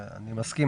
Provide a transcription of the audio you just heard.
אני מסכים